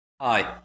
Hi